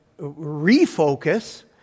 refocus